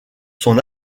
son